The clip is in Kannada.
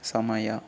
ಸಮಯ